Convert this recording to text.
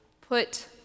put